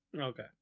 Okay